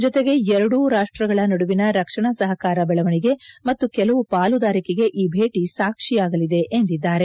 ಜತೆಗೆ ಎರಡೂ ರಾಷ್ಟ್ರಗಳ ನದುವಿನ ರಕ್ಷಣಾ ಸಹಕಾರ ಬೆಳವಣಿಗೆ ಮತ್ತು ಕೆಲವು ಪಾಲುದಾರಿಕೆಗೆ ಈ ಭೇಟಿ ಸಾಕ್ವಿಯಾಗಲಿದೆ ಎಂದಿದ್ದಾರೆ